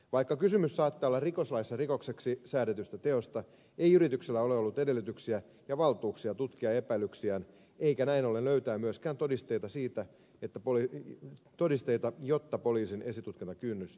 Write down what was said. vaikka kysymys saattaa olla rikoslaissa rikokseksi säädetystä teosta ei yrityksillä ole ollut edellytyksiä ja valtuuksia tutkia epäilyksiään eikä näin ollen löytää myöskään todisteita jotta poliisin esitutkintakynnys ylittyisi